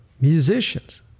musicians